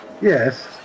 Yes